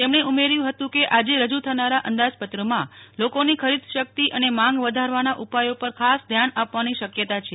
તેમણે ઉમેર્યું હતું કે આજે રજુ થનારા અંદાજપત્રમાં લોકોની ખરીદશકિત અને માંગ વધારવાના ઉપાયો પર ખાસ ધ્યાન આપવાની શકયતા છે